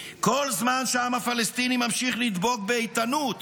כל זמן שהעם הפלסטיני ממשיך לדבוק באיתנות